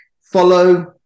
follow